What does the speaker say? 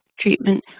treatment